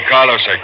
Carlos